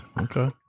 Okay